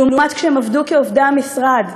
לעומת כשהם עבדו כעובדי המשרד,